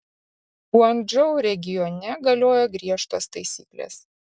guangdžou regione galioja griežtos taisyklės